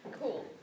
Cool